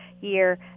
year